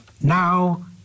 now